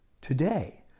Today